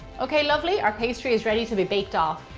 okay lovely, our pastry is ready to be baked off.